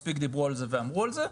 מספיק דיברו ואמרו על זה.